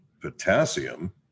Potassium